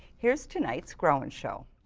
here's tonights grow and show.